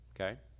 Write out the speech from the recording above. okay